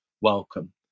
welcome